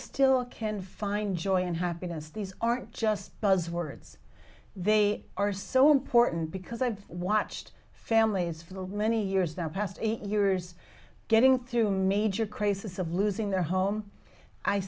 still can find joy and happiness these aren't just buzzwords they are so important because i've watched families for the many years their past eight years getting through major crisis of losing their home i